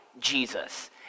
Jesus